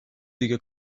دیگه